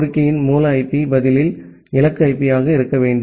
கோரிக்கையின் மூல ஐபி பதிலில் இலக்கு ஐபியாக இருக்க வேண்டும்